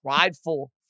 prideful